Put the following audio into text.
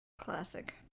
Classic